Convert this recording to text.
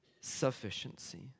sufficiency